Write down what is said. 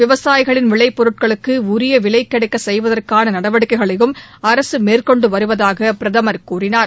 விவசாயிகளின் விளைப் பொருட்களுக்கு உரிய விலை கிடைக்க செய்வதற்கான நடவடிக்கைகளையும் அரசு மேற்கொண்டு வருவதாக பிரதமர் கூறினார்